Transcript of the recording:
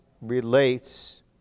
relates